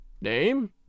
Name